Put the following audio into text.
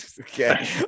okay